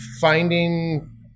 finding